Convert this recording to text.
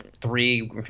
three